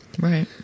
Right